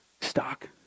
stock